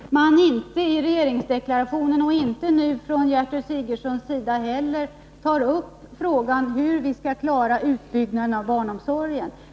Herr talman! Jag är litet besviken på att man inte i regeringsdeklarationen och nu inte heller Gertrud Sigurdsen tar upp frågan om hur vi skall klara utbyggnaden av barnomsorgen.